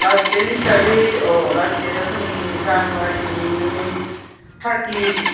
last date हिसाबै औ last डेटआथ' नै जानुवारिनि थारथि